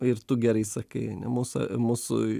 ir tu gerai sakai ane mūsų mūsų